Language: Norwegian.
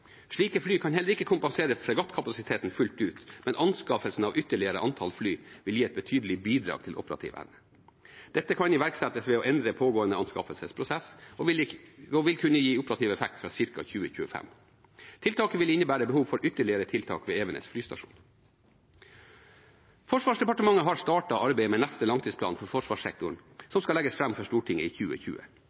Slike fly kan heller ikke kompensere fregattkapasiteten fullt ut, men anskaffelsen av ytterligere antall fly vil gi et betydelig bidrag til operativ evne. Dette kan iverksettes ved å endre pågående anskaffelsesprosess, og vil kunne gi operativ effekt fra ca. 2025. Tiltaket vil innebære behov for ytterligere tiltak ved Evenes flystasjon. Forsvarsdepartementet har startet arbeidet med neste langtidsplan for forsvarssektoren, som skal legges fram for Stortinget i 2020.